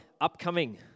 upcoming